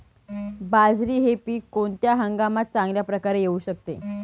बाजरी हे पीक कोणत्या हंगामात चांगल्या प्रकारे येऊ शकते?